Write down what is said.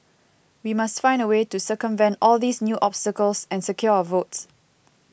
we must find a way to circumvent all these new obstacles and secure our votes